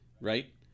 right